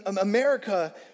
America